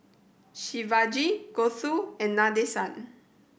Shivaji Gouthu and Nadesan